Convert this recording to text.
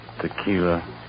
Tequila